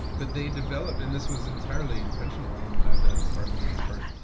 but they developed and this was entirely intentional on baghdadi's part, and leaders' part.